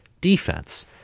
defense